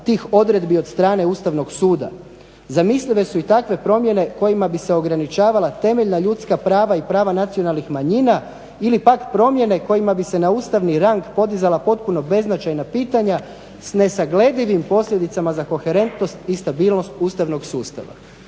tih odredbi od strane Ustavnog suda. Zamislive su takve promjene kojima bi se ograničavala temeljna ljudska prava i prava nacionalnih manjina ili pak promjene kojima bi se na ustavni rang podizala potpuno beznačajna pitanja s nesagledivim posljedicama za koherentnost i stabilnost ustavnog sustava.